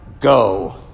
go